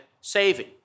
saving